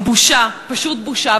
בושה, פשוט בושה.